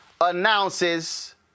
announces